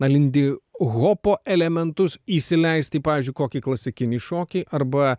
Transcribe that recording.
na lindihopo elementus įsileist į pavyzdžiui kokį klasikinį šokį arba